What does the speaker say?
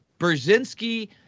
Brzezinski